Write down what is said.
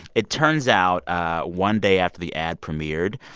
it turns out one day after the ad premiered,